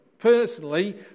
personally